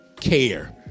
care